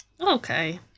Okay